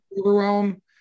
overwhelm